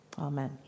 Amen